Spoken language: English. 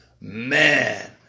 Man